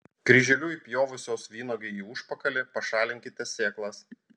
kryželiu įpjovusios vynuogei į užpakalį pašalinkite sėklas